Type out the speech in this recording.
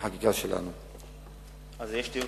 חובתנו היא לכבד את